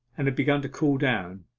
and had begun to cool down,